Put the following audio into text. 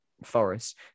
forest